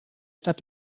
stadt